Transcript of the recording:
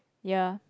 yeah